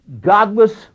Godless